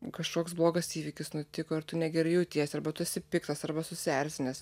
kažkoks blogas įvykis nutiko ir tu negerai jautiesi arba tu esi piktas arba susierzinęs